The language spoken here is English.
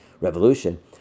revolution